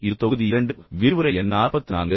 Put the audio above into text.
இது தொகுதி 2 விரிவுரை எண் 44